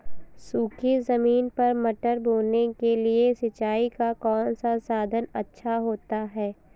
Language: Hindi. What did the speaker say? सूखी ज़मीन पर मटर बोने के लिए सिंचाई का कौन सा साधन अच्छा होता है?